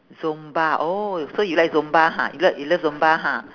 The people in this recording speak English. zumba oh so you like zumba ha you lo~ you love zumba ha